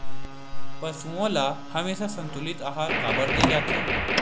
पशुओं ल हमेशा संतुलित आहार काबर दे जाथे?